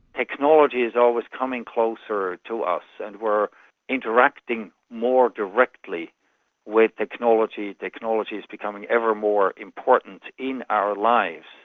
technology is always coming closer to us, and we're interacting more directly with technology, technology is becoming ever more important in our lives.